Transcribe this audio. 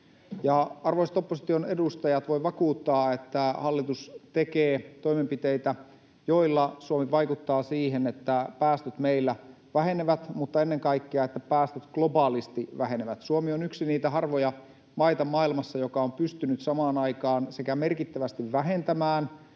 Arvoisat opposition edustajat, voin vakuuttaa, että hallitus tekee toimenpiteitä, joilla Suomi vaikuttaa niin, että päästöt meillä vähenevät, mutta ennen kaikkea niin, että päästöt globaalisti vähenevät. Suomi on yksi niitä harvoja maita maailmassa, joka on pystynyt samaan aikaan sekä merkittävästi vähentämään